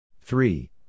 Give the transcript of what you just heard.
Three